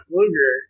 Luger